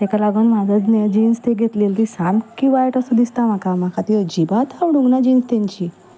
तेका लागोन हांवें जिन्स घेतलेली ती सामकी वायट अशी दिसता म्हाका म्हाका ती अजिबात आवडूंक ना जिन्स तांची